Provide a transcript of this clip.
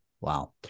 Wow